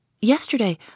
Yesterday